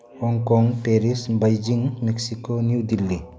Hong Kong Paris Beijing Mexico New Delhi